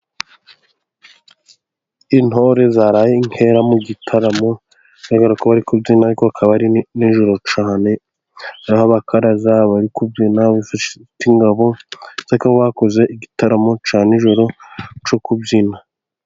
Intore zaraye inkera mu gitaramo, bigaragara ko bari kubyina, ariko akaba ari nijoro cyane. Hariho abakaraza bari kubyina bafite ingabo, bakoze igitaramo cya nijoro. cyo kubyina.